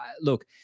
look